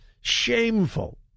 shameful